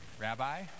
rabbi